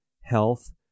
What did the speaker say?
Health